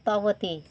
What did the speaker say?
Tapati